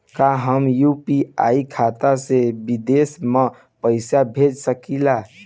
का हम यू.पी.आई खाता से विदेश म पईसा भेज सकिला?